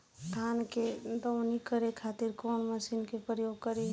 धान के दवनी करे खातिर कवन मशीन के प्रयोग करी?